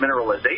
mineralization